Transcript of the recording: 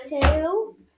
two